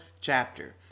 chapter